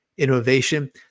Innovation